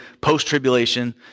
post-tribulation